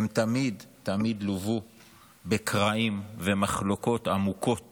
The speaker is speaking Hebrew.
היא תמיד תמיד לוותה בקרעים ומחלוקות עמוקות